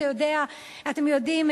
אתם יודעים,